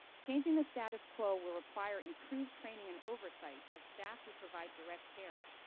changing the status quo will require approve training and oversight of staff who provide direct care,